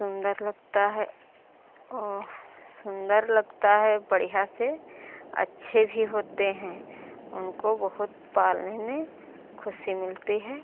सुन्दर लगता है सुन्दर लगता है बढ़िया से अच्छे भी होते हैं उनको बहुत पालने में ख़ुशी मिलती है